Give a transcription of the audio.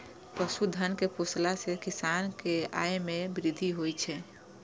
पशुधन कें पोसला सं किसान के आय मे वृद्धि होइ छै